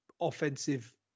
offensive